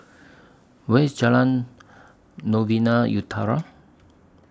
Where IS Jalan Novena Utara